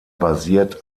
basiert